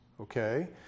Okay